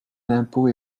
l’impôt